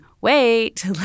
wait